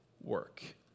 work